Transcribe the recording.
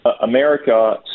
America